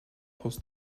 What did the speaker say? aus